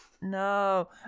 No